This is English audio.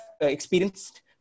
experienced